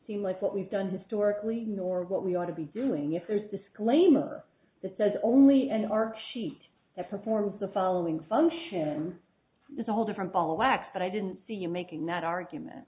seem like what we've done historically nor what we ought to be doing if there's disclaimer that says only an arc sheet that performs the following function is a whole different ball of wax but i didn't see you making that argument